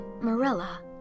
Marilla